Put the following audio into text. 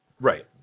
right